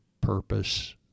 purpose